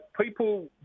people